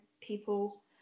people